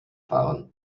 fahren